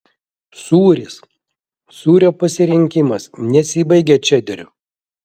sūris sūrio pasirinkimas nesibaigia čederiu